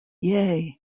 yeah